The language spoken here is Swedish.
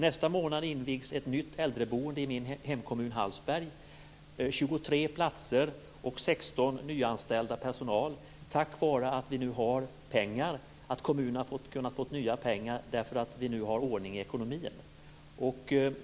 Nästa månad invigs ett nytt äldreboende i min hemkommun Hallsberg med 23 platser och 16 nyanställda i personalen tack vare att vi nu har pengar. Kommunerna har kunnat få nya pengar därför att vi nu har ordning i ekonomin.